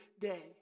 day